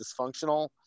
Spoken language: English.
dysfunctional